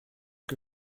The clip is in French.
que